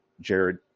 Jared